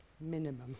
Minimum